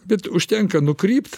bet užtenka nukrypt